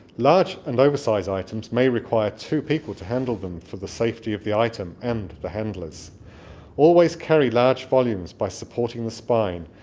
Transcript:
large and oversize items may require two people to handle them, for the safety of the item and the handlers always carry large volumes by supporting the spine,